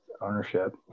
ownership